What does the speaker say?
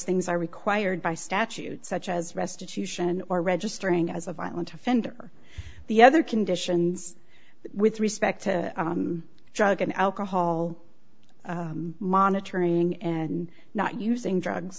things are required by statute such as restitution or registering as a violent offender the other conditions with respect to drug and alcohol monitoring and not using drugs